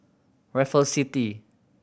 Raffles City